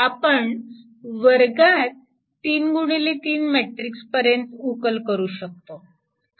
आपण वर्गात 3 गुणिले 3 मॅट्रिक पर्यंत उकल करू शकतो